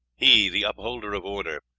he, the upholder of order,